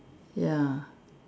ya